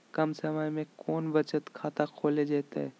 कम समय में कौन बचत खाता खोले जयते?